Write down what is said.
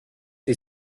die